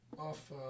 Off